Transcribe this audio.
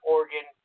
Oregon